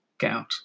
gout